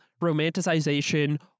romanticization